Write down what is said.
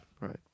right